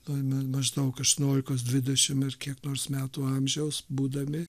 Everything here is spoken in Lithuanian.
turime maždaugaštuoniolikos dvidešim ir kiek nors metų amžiaus būdami